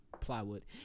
Plywood